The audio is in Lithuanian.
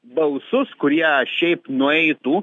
balsus kurie šiaip nueitų